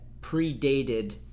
predated